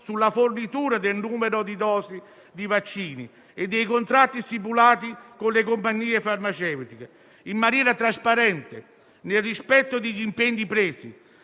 sulla fornitura del numero di dosi di vaccini e dei contratti stipulati con le compagnie farmaceutiche in maniera trasparente e in ossequio agli impegni presi,